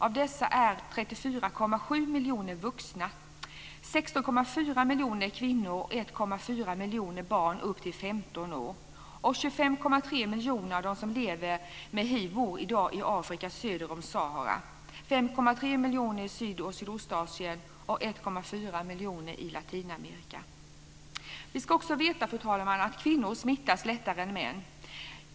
Av dessa är 34,7 miljoner vuxna - 16,4 Och 25,3 miljoner av dem som lever med hiv bor i Vi ska också veta att kvinnor smittas lättare än män.